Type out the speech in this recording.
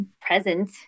present